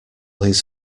his